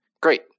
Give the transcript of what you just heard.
great